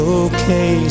okay